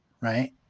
right